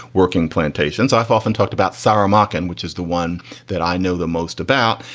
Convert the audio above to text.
working plantations. i've often talked about sara mochan, which is the one that i know the most about.